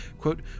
quote